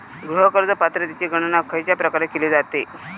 गृह कर्ज पात्रतेची गणना खयच्या प्रकारे केली जाते?